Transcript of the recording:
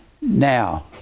now